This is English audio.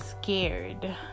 scared